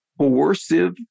coercive